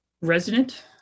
resident